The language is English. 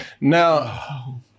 Now